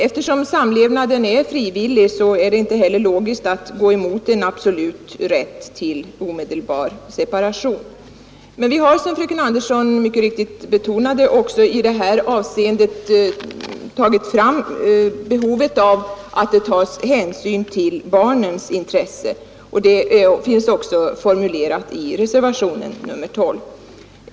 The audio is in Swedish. Eftersom samlevnaden är frivillig är det inte heller riktigt att gå emot en absolut rätt till omedelbar separation. Men vi har, som fröken Anderson mycket riktigt betonade i det här avseendet tagit fram behovet av att det tas hänsyn till barnens intresse, och detta finns också formulerat i reservationen 12.